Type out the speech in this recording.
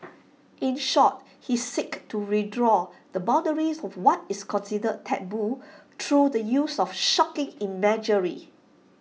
in short he seeks to redraw the boundaries of what is considered taboo through the use of shocking imagery